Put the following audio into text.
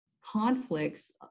conflicts